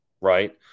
right